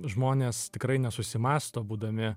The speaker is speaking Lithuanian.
žmonės tikrai nesusimąsto būdami